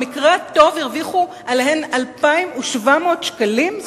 במקרה הטוב הרוויחו בהן 2,700 שקלים?